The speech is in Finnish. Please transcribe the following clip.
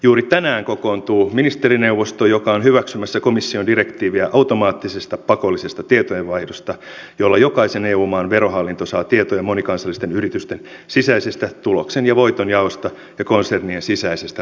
juuri tänään kokoontuu ministerineuvosto joka on hyväksymässä komission direktiiviä automaattisesta pakollisesta tietojen vaihdosta jolla jokaisen eu maan verohallinto saa tietoja monikansallisten yritysten sisäisestä tuloksen ja voitonjaosta ja konsernien sisäisestä rahaliikenteestä